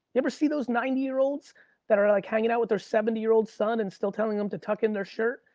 you ever see those ninety year olds that are like hanging out with their seventy year old son and still telling them to tuck in their shirt?